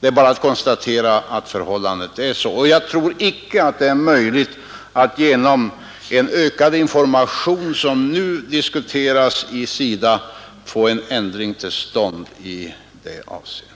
Det är bara att konstatera att förhållandet är detta, och jag tror icke att det är möjligt att genom en ökad information som nu diskuteras i SIDA få en ändring till stånd i det avseendet.